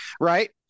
Right